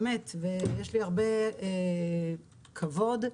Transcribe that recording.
ויש לי הרבה כבוד,